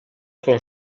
con